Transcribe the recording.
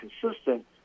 consistent